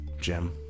Jim